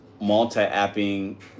multi-apping